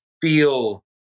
feel